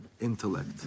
intellect